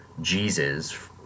Jesus